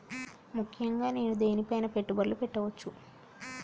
ముఖ్యంగా నేను దేని పైనా పెట్టుబడులు పెట్టవచ్చు?